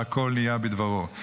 שהכול נהיה בדברו.